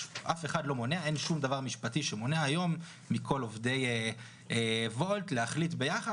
אין שום מניעה משפטית היום לכל עובדי וולט להחליט ביחד